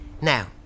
Now